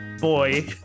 boy